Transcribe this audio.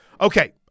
Okay